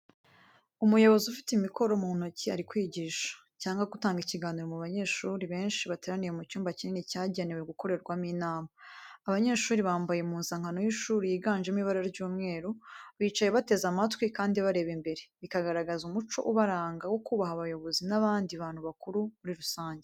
Umuyobozi ufite mikoro mu ntoki ari kwigisha, cyangwa gutanga ikiganiro mu banyeshuri benshi bateraniye mu cyumba kinini cyagenewe gukorerwamo inama. Abanyeshuri bambaye impuzankano y’ishuri yiganjemo ibara ry'umweru, bicaye bateze amatwi kandi bareba imbere, bikagaragaza umuco ubaranga wo kubaha abayobozi n’abandi bantu bakuru muri rusange.